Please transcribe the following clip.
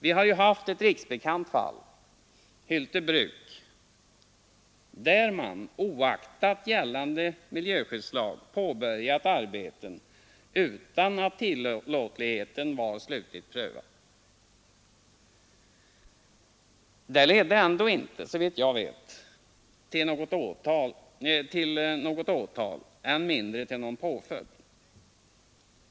Vi har ju haft ett riksbekant fall — Hylte bruk — där man oaktat gällande miljöskyddslag påbörjat arbeten utan att tillåtligheten var slutligt prövad. Det ledde ändå inte — såvitt jag vet — till något åtal, än mindre till någon påföljd.